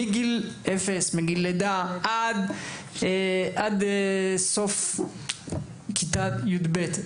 מגיל לידה עד סוף כיתה יב׳,